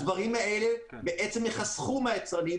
הדברים האלה ייחסכו מהיצרנים,